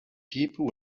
people